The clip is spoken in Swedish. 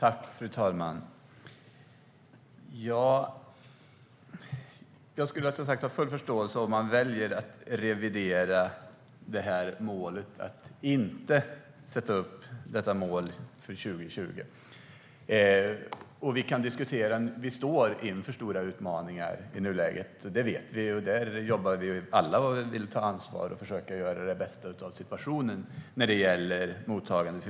Fru talman! Jag skulle förstås ha haft full förståelse om man hade valt att inte sätta upp detta mål för 2020. Vi står inför stora utmaningar i nuläget, och vi jobbar alla, vill ta ansvar och försöka göra det bästa av situationen när det gäller flyktingmottagandet.